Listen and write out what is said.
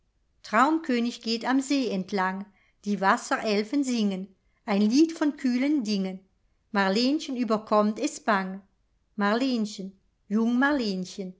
traumkönig geht am see entlang die wasserelfen singen ein lied von kühlen dingen marlenchen überkommt es bang